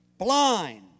blind